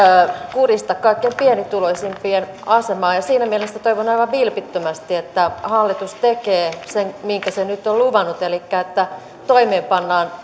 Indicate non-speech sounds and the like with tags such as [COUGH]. kurista kaikkein pienituloisimpien asemaa ja siinä mielessä toivon aivan vilpittömästi että hallitus tekee sen minkä se nyt on luvannut elikkä että toimeenpannaan [UNINTELLIGIBLE]